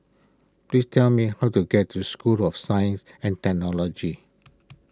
please tell me how to get to School of Science and Technology